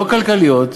לא כלכליות,